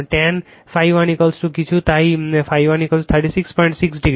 tan ∅ 1 কিছু তাই ∅ 1 366 degree